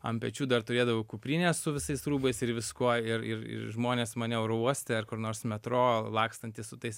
ant pečių dar turėdavau kuprinę su visais rūbais ir viskuo ir ir ir žmonės mane oro uoste ar kur nors metro lakstantį su tais